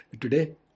today